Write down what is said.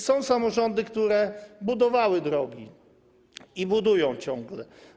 Są samorządy, które budowały drogi i budują ciągle.